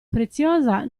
preziosa